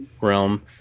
realm